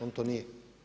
On to nije.